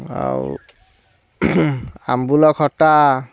ଆଉ ଆମ୍ବୁଲ ଖଟା